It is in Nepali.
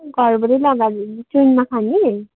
घरबाटै लगेर ट्रेनमा खाने